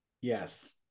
Yes